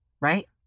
Right